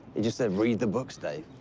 he just said read the books, dave.